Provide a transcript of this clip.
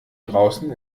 draußen